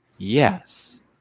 yes